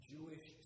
Jewish